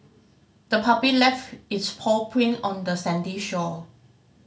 the puppy left its paw print on the sandy shore